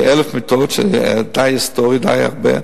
כ-1,000 מיטות, שעלתה היסטורית די הרבה.